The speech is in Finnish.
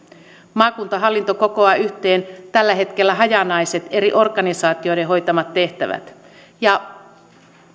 maakuntahallinto kokoaa yhteen tällä hetkellä hajanaiset eri organisaatioiden hoitamat tehtävät ja